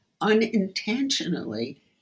unintentionally